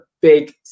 big